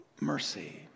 Mercy